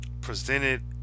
presented